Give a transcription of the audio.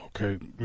okay